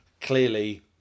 clearly